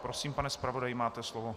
Prosím, pane zpravodaji, máte slovo.